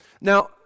Now